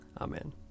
Amen